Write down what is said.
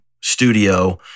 studio